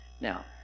Now